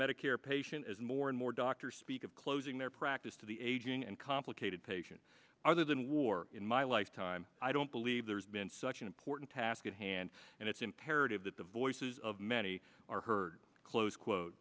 medicare patient as more and more doctors speak of closing their practice to the aging and complicated patients other than war in my lifetime i don't believe there's been such an important task at hand and it's imperative that the voices of many are heard close quote